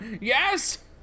Yes